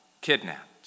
Kidnapped